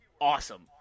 awesome